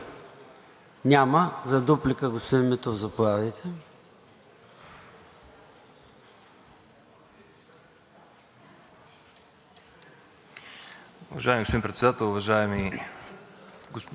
Уважаеми господин Председател, уважаеми дами и господа народни представители! Уважаеми господин Свиленски, това не беше моя реплика за танковете и за гаубиците.